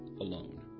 alone